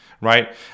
right